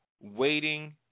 Waiting